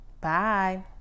Bye